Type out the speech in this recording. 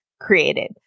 created